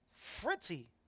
Fritzy